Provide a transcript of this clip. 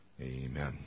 Amen